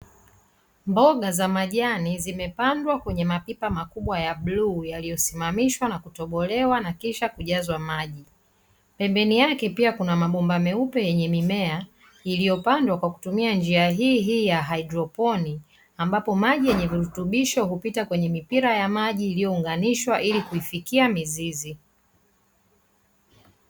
Mboga za majani zimepandwa kwenye mapipa makubwa ya bluu yaliyosimamishwa na kutobolewa, na kisha kujazwa maji. Pembeni yake pia kuna mabomba meupe yenye mimea iliyopandwa kwa kutumia njia hii hii ya haidroponi. Ambapo maji yenye virutubisho hupita kwenye mipira ya maji iliyounganishwa ili kuifikia mizizi.